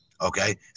Okay